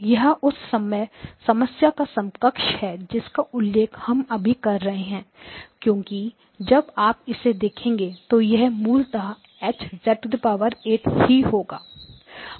यह उस समस्या के समक्ष है जिसका उल्लेख हम अभी कर रहे हैं क्योंकि जब आप इसे देखेंगे तो यह मूलतः H ही होगा